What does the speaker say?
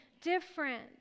different